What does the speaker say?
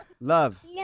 Love